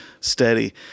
steady